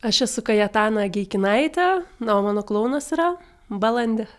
aš esu kajetana ageikinaitė na o mano klounas yra balandė